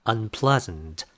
Unpleasant